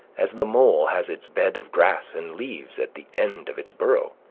as the mole has its bed of grass and leaves at the end of its burrow!